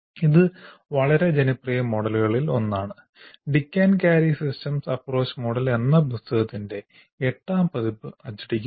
അത് വളരെ ജനപ്രിയ മോഡലുകളിൽ ഒന്നാണ് Dick and Carey systems approach model എന്ന പുസ്തകത്തിന്റെ എട്ടാം പതിപ്പ് അച്ചടിക്കുന്നു